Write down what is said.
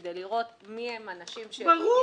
כדי לראות מי הם הנשים שהגישו --- ברור,